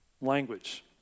language